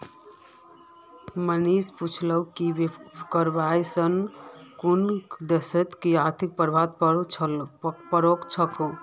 मनीष पूछले कि करवा सने कुन देशत कि आर्थिक प्रभाव पोर छेक